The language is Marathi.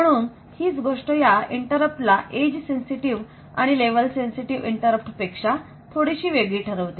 म्हणून हीच गोष्ट या इंटरप्ट ला एज सेन्सिटिव्ह आणि लेव्हल सेन्सिटिव्ह इंटरप्ट पेक्षा थोडीशी वेगळी ठरवते